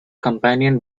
companion